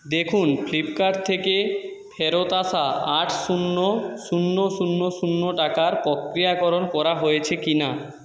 দেখুন ফ্লিপকার্ট থেকে ফেরত আসা আট শূন্য শূন্য শূন্য শূন্য টাকার প্রক্রিয়াকরণ করা হয়েছে কি না